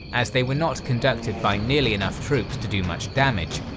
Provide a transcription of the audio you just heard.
as they were not conducted by nearly enough troops to do much damage,